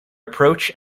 approach